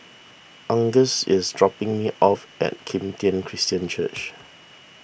Angus is dropping me off at Kim Tian Christian Church